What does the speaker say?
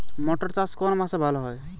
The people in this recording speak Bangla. মটর চাষ কোন মাসে ভালো হয়?